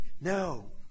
No